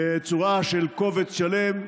בצורה של קובץ שלם,